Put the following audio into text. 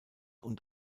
und